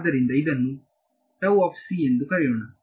ಆದ್ದರಿಂದ ಇದನ್ನು ಕರೆಯೋಣ